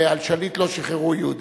ועל שליט לא שחררו יהודים.